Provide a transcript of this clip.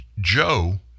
Joe